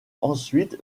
ensuite